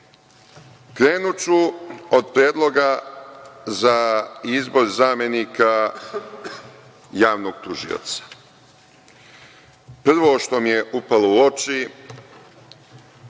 od Predloga za izbor zamenika javnog tužioca. Prvo što mi je upalo u oči,